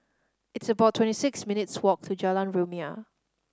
it's about twenty six minutes' walk to Jalan Rumia